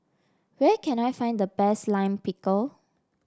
where can I find the best Lime Pickle